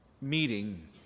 meeting